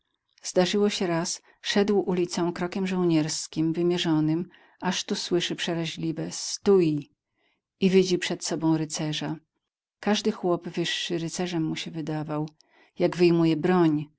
zdarzyło się raz szedł ulicą krokiem żołnierskim wymierzonym aż tu słyszy przeraźliwe stój i widzi przed sobą rycerza każdy chłop wyższy rycerzem mu się wydawał jak wyjmuje broń